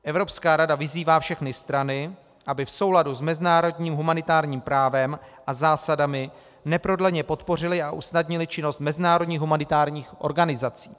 Evropská rada vyzývá všechny strany, aby v souladu s mezinárodním humanitárním právem a zásadami neprodleně podpořily a usnadnily činnost mezinárodních humanitárních organizací.